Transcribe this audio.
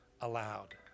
allowed